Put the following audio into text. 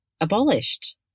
abolished